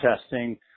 Testing